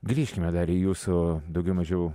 grįžkime dar į jūsų daugiau mažiau